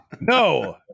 No